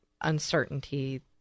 uncertainty